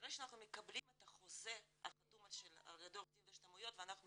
אחרי שאנחנו מקבלים את החוזה החתום על ידי העורך דין והשמאויות ואנחנו